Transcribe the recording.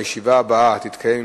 הישיבה הבאה תתקיים,